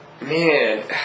man